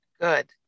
good